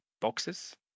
boxes